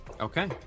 Okay